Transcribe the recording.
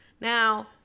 Now